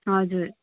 हजुर